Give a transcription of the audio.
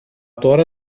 τώρα